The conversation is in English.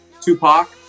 Tupac